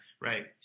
Right